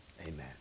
Amen